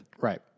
Right